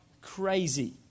crazy